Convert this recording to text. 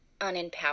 unempowered